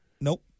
Nope